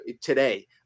today